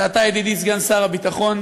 זה אתה, ידידי סגן שר הביטחון.